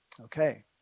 Okay